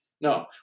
No